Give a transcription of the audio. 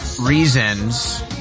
reasons